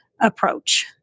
approach